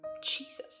Jesus